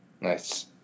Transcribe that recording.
Nice